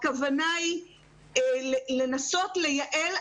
הכוונה היא לנסות לייעל,